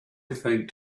thanked